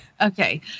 Okay